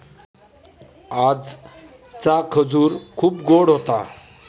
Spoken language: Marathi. आजचा खजूर खूप गोड होता